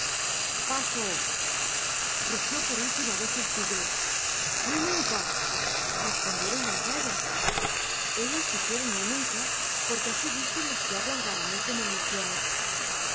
paso rugió por última vez el tigre ni nunca respondieron las rayas ellas dijeron ni nunca porque así dicen los que hablan guaraní como en misiones